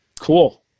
cool